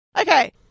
Okay